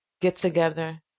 get-together